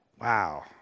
Wow